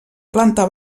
planta